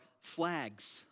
flags